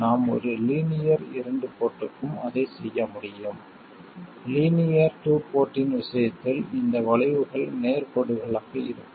நாம் ஒரு லீனியர் இரண்டு போர்ட்க்கும் அதை செய்ய முடியும் லீனியர் டூ போர்ட்டின் விஷயத்தில் இந்த வளைவுகள் நேர் கோடுகளாக இருக்கும்